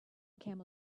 camel